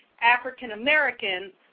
African-Americans